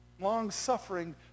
long-suffering